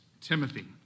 Timothy